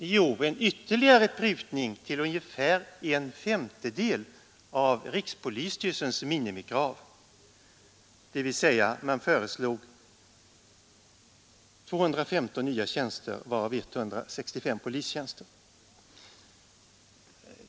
Jo, en ytterligare prutning till ungefär en femtedel av rikspolisstyrelsens minimikrav, dvs. man föreslog 215 nya tjänster varav 165 polistjänster.